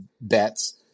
bets